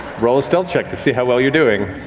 roll a stealth check to see how well you're doing.